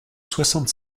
soixante